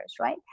right